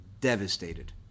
devastated